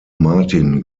martin